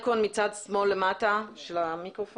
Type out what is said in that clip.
סיעים שאנחנו אמורים לקבל אותם במסגרת התכנית הבין